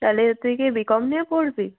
তাহলে তুই কি বিকম নিয়ে পড়বি